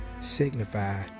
signify